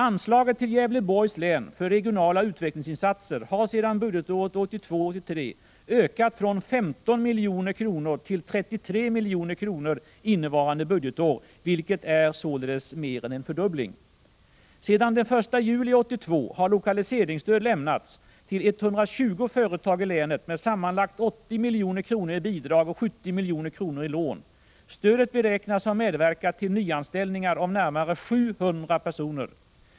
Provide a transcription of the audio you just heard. Anslaget till Gävleborgs län för regionala utvecklingsinsatser har sedan budgetåret 1982/83 ökat från 15 milj.kr. till 33 milj.kr. innevarande budgetår, vilket är mer än en fördubbling. Sedan den 1 juli 1982 har lokaliseringsstöd lämnats till 120 företag i länet 115 med sammanlagt 80 milj.kr. i bidrag och 70 milj.kr. i lån. Stödet beräknas ha medverkat till nyanställningar av närmare 700 personer.